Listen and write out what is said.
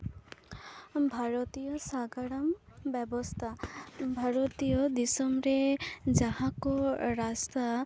ᱵᱷᱟᱨᱚᱛᱤᱭᱚ ᱥᱟᱸᱜᱟᱲᱚᱢ ᱵᱮᱵᱚᱥᱛᱷᱟ ᱵᱷᱟᱨᱚᱛᱤᱭᱚ ᱫᱤᱥᱚᱢ ᱨᱮ ᱡᱟᱦᱟᱸ ᱠᱚ ᱨᱟᱥᱛᱟ